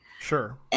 Sure